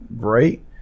great